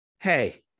hey